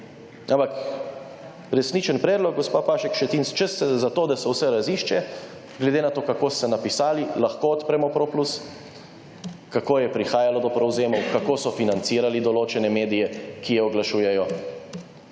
Ampak resničen predlog, gospa Pašek Šetinc, če ste za to, da se vse razišče, glede na to kako ste napisali, lahko odpremo Pro plus, kako je prihajalo do prevzemov, kako so financirali določene medije, ki oglašujejo.